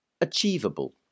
achievable